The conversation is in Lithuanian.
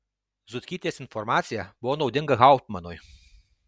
zutkytės informacija buvo naudinga hauptmanui